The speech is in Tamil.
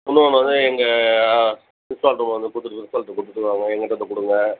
இன்னொன்று வந்து எங்கள் ப்ரின்ஸ்பால் ரூம் வந்து கொடுத்துட்டு ப்ரின்ஸ்பால்ட்ட கொடுத்துட்டு போங்க எங்கிட்ட கொடுங்க